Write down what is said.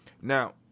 Now